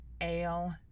ale